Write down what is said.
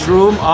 Room